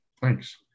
thanks